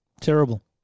Terrible